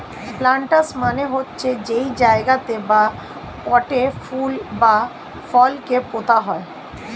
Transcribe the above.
planters মানে হচ্ছে যেই জায়গাতে বা পটে ফুল বা ফল কে পোতা হয়